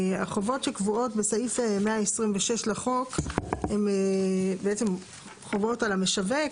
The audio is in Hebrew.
החובות שקבועות בסעיף 126 לחוק הן בעצם חובות על המשווק,